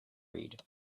read